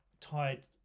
tied